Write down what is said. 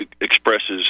expresses